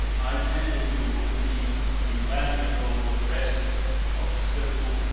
i tender you the invaluable blessings of civil,